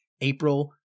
April